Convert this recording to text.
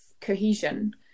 cohesion